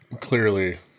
Clearly